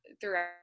throughout